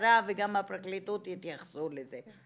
שהמשטרה וגם הפרקליטות יתייחסו לזה.